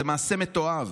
זה מעשה מתועב,